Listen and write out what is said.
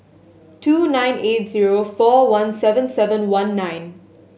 two nine eight zero four one seven seven one nine